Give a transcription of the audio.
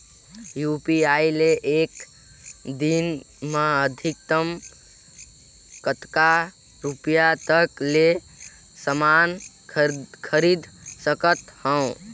UPI ले एक दिन म अधिकतम कतका रुपिया तक ले समान खरीद सकत हवं?